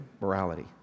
morality